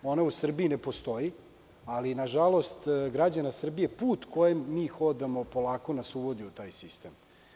Ona u Srbiji ne postoji, ali nažalost građana Srbije, put kojim mi hodamo polako nas uvodi u taj sistem.